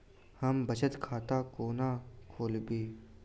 हम बचत खाता कोना खोलाबी?